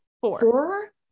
Four